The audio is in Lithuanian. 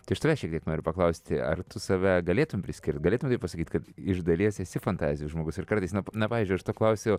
tai aš tavęs šiek tiek noriu paklausti ar tu save galėtum priskirt galėtum taip pasakyt kad iš dalies esi fantazijų žmogus ir kartais na pavyzdžiui aš to klausiu